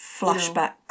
flashbacks